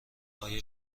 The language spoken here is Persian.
آیا